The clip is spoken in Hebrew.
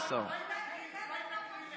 קראנו כולנו,